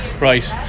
Right